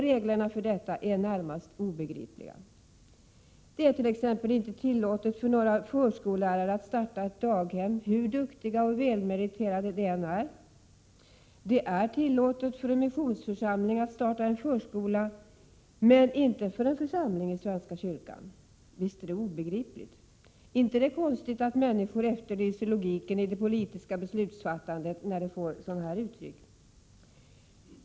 Regler na för detta är närmast obegripliga. Det är t.ex. inte tillåtet för några förskollärare att starta ett daghem, hur duktiga och välmeriterade de än är. En missionsförsamling kan starta en förskola, men inte en församling i svenska kyrkan. Visst är det obegripligt! Det är inte konstigt att människor efterlyser logiken i det politiska beslutsfattandet, när det tar sig sådana här uttryck.